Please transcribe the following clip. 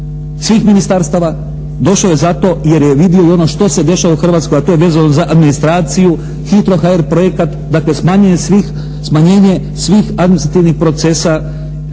svih ministarstava, došao je zato jer je vidio i ono što se dešava u Hrvatskoj, a to je vezano za administraciju HITRO.HR projekat, dakle smanjenje svih administrativnih procesa